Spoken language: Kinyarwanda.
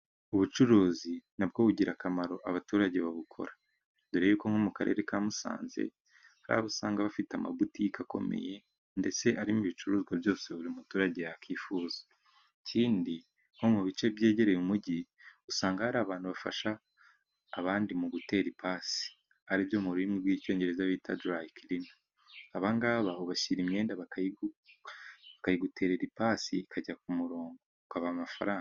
Ubucuruzi na bwo bugirira akamaro abaturage babukora, dore y'uko nko mu karere ka Musanze hari abo usanga bafite amabutike akomeye ndetse arimo ibicuruzwa byose buri muturage yakwifuza. ikindi nko mu bice byegereye umujyi usanga hari abantu bafasha abandi mu gutera ipasi aribyo mu rurimi rw'icyongereza bita darayikirina. Aba ngaba ubashyira imyenda bakayiguterera ipasi ikajya ku murongo ,ukabaha amafaranga.